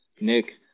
Nick